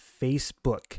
Facebook